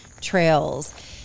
trails